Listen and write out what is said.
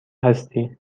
هستی